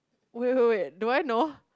wait wait wait do I know